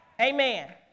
Amen